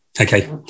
okay